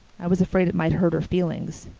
i was afraid it might hurt her feelings.